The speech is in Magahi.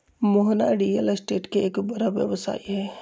मोहना रियल स्टेट के एक बड़ा व्यवसायी हई